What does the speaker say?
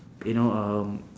you know um